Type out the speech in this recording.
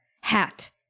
hat